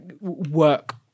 work